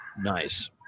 Nice